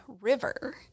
River